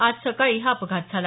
आज सकाळी हा अपघात झाला